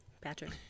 Patrick